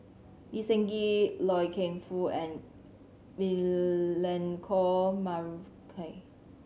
Lee Seng Gee Loy Keng Foo and Milenko Prvacki